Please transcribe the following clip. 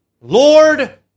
Lord